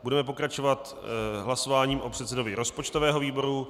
Budeme pokračovat hlasováním o předsedovi rozpočtového výboru.